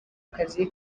akazi